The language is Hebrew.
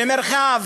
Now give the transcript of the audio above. במרחב,